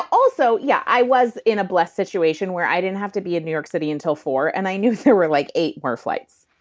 also, yeah i was in a blessed situation where i didn't have to be in new york city until four zero, and i knew there were like eight more flights.